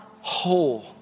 whole